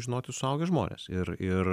žinoti suaugę žmonės ir ir